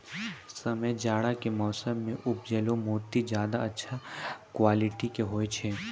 समय जाड़ा के मौसम मॅ उपजैलो मोती ज्यादा अच्छा क्वालिटी के होय छै